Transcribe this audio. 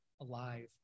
alive